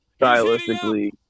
stylistically